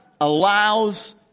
Allows